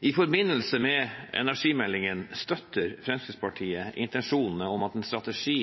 I forbindelse med energimeldingen støtter Fremskrittspartiet intensjonene om en strategi